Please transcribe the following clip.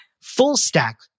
full-stack